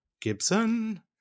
Gibson